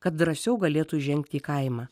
kad drąsiau galėtų įžengti į kaimą